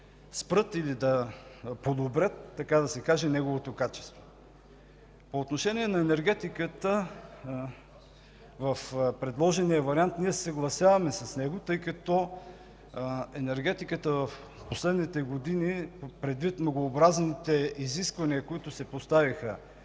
спрат или да подобрят, така да се каже, неговото качество. По отношение на енергетиката в предложения вариант. Ние се съгласяваме с него, тъй като в последните години, предвид многообразните изисквания, които се поставиха